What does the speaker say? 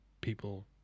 people